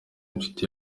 inshuti